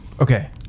Okay